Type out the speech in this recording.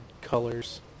colors